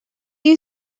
you